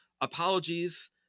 Apologies